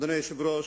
אדוני היושב-ראש,